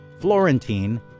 Florentine